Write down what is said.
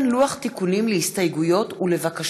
אבל לפני כן יש הודעה למזכירת הכנסת.